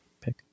pick